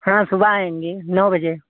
हाँ सुबह आएंगे नौ बजे